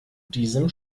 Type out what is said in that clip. diesem